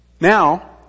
Now